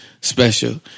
special